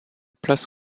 place